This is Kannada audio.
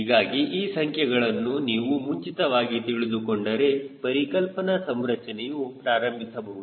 ಹೀಗಾಗಿ ಈ ಸಂಖ್ಯೆಗಳನ್ನು ನೀವು ಮುಂಚಿತವಾಗಿ ತಿಳಿದುಕೊಂಡರೆ ಪರಿಕಲ್ಪನಾ ಸಂರಚನೆಯು ಪ್ರಾರಂಭಿಸಬಹುದು